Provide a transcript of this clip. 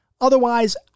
Otherwise